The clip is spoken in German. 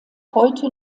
heute